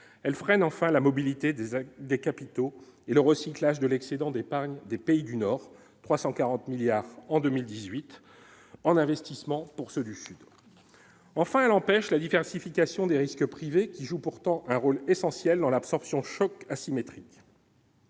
elle freine enfin la mobilité des actes, des capitaux et le recyclage de l'excédent d'épargne des pays du Nord 340 milliards en 2018 en investissement pour ceux du Sud, enfin elle empêche la diversification des risques privé, qui joue pourtant un rôle essentiel dans l'absorption chocs asymétriques.